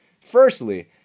firstly